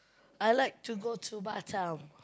I like to go to Batam